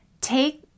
take